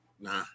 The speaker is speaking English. Nah